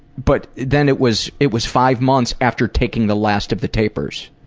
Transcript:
but then it was it was five months after taking the last of the tapers.